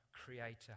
creator